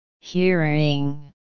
Hearing